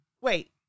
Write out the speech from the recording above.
Wait